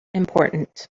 important